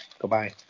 Goodbye